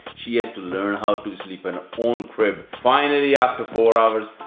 she has to learn how to sleep in own crib. finally after four hours,